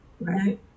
right